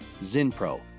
Zinpro